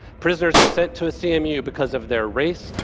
prisoners are sent to a cmu because of their race,